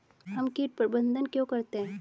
हम कीट प्रबंधन क्यों करते हैं?